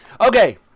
Okay